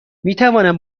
میتوانم